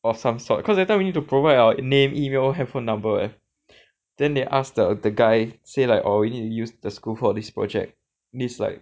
or some sort cause that time we need to provide our name email handphone number eh then they ask the the guy say like orh we need to use the school for this project this like